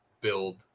build